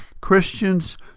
Christians